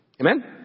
Amen